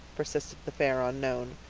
persisted the fair unknown.